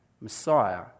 Messiah